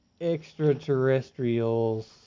extraterrestrials